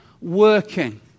working